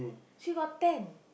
she got ten